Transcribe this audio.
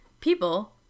People